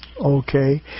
Okay